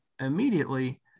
immediately